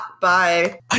bye